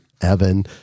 Evan